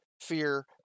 fear